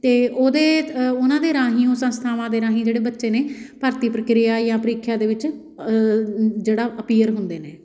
ਅਤੇ ਉਹਦੇ ਉਹਨਾਂ ਦੇ ਰਾਹੀਂ ਉਸ ਸੰਸਥਾਵਾਂ ਦੇ ਰਾਹੀਂ ਜਿਹੜੇ ਬੱਚੇ ਨੇ ਭਰਤੀ ਪ੍ਰਕਿਰਿਆ ਹੈ ਜਾਂ ਪ੍ਰੀਖਿਆ ਦੇ ਵਿੱਚ ਜਿਹੜਾ ਅਪੀਅਰ ਹੁੰਦੇ ਨੇ